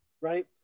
right